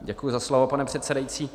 Děkuji za slovo, pane předsedající.